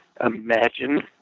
imagine